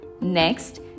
Next